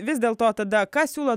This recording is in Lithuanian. vis dėl to tada ką siūlot